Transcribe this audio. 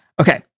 Okay